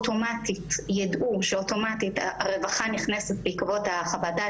ידעו שאוטומטית הרווחה נכנסת בעקבות חוות הדעת,